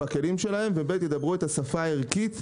בכלים שלהם